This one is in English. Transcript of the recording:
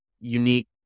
unique